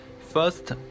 First